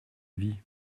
vie